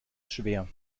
schwer